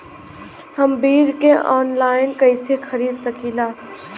हम बीज के आनलाइन कइसे खरीद सकीला?